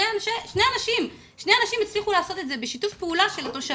שני אנשים הצליחו לעשות את זה בשיתוף פעולה של תושבים.